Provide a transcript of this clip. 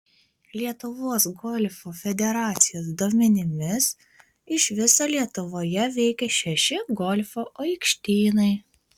lietuvos golfo federacijos duomenimis iš viso lietuvoje veikia šeši golfo aikštynai